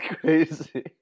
crazy